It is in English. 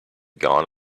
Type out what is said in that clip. gone